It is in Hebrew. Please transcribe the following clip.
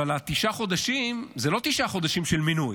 אבל התשעה חודשים זה לא תשעה חודשים של מינוי,